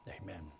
Amen